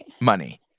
money